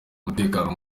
mutekano